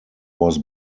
was